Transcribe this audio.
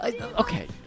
okay